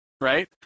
Right